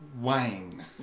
Wayne